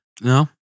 No